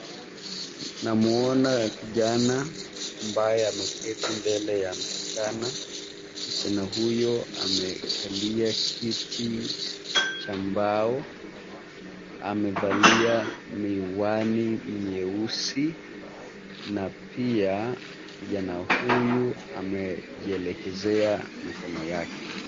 Namuona kijana ambaye ameketi mbele ya msichana. Msichana huyo amekalia kiti cha mbao. Amevalia miwani mieusi, na pia kijana huyu amejielekezea mikono yake.